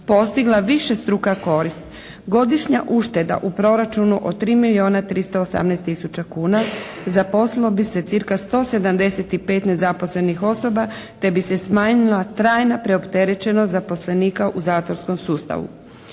postigla višestruka korist godišnja ušteda u proračunu od 3 milijuna 318 tisuća kuna zaposlilo bi se cirka 175 nezaposlenih osoba te bi se smanjila trajna preopterećenost zaposlenika u zatvorskom sustavu.